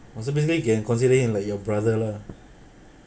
oh so basically can consider him like your brother lah